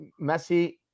Messi